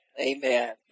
Amen